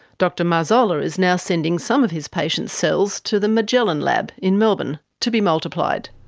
dr marzola is now sending some of his patients' cells to the magellan lab in melbourne to be multiplied.